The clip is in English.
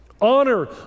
Honor